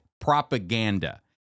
propaganda